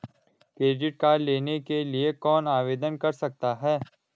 Credit card लेने के लिए कौन आवेदन कर सकता है?